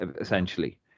essentially